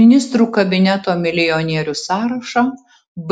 ministrų kabineto milijonierių sąrašą